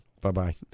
Bye-bye